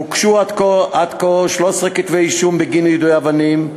הוגשו עד כה 13 כתבי-אישום בגין יידוי אבנים,